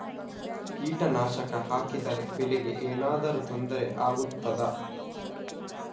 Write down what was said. ಕೀಟನಾಶಕ ಹಾಕಿದರೆ ಬೆಳೆಗೆ ಏನಾದರೂ ತೊಂದರೆ ಆಗುತ್ತದಾ?